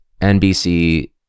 NBC